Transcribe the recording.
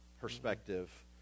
perspective